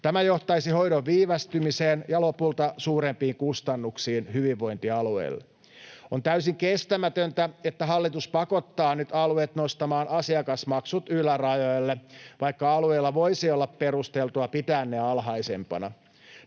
Tämä johtaisi hoidon viivästymiseen ja lopulta suurempiin kustannuksiin hyvinvointialueilla. On täysin kestämätöntä, että hallitus pakottaa nyt alueet nostamaan asiakasmaksut ylärajoille, vaikka alueilla voisi olla perusteltua pitää ne alhaisempina.